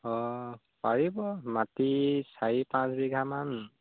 অঁ পাৰিব মাটি চাৰি পাঁচ বিঘামান